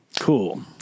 cool